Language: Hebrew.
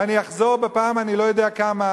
ואני אחזור בפעם אני לא יודע כמה,